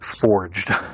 forged